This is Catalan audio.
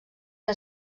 que